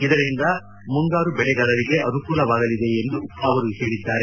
ಇದರಿಂದ ಕಾರಿಫ್ ಬೆಳೆಗಾರರಿಗೆ ಅನುಕೂಲವಾಗಲಿದೆ ಎಂದು ಅವರು ಹೇಳಿದ್ದಾರೆ